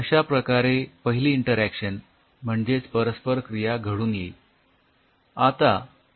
अश्या प्रकारे पहिली इंटरॅक्शन म्हणजेच परस्पर क्रिया घडून येईल